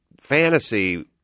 fantasy